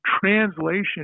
translation